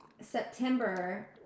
September